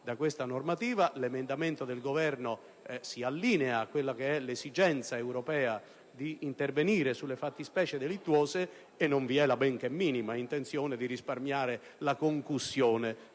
da questa normativa. L'emendamento presentato dal Governo si allinea all'esigenza europea di intervenire sulle fattispecie delittuose e non vi è la benché minima intenzione di risparmiare la concussione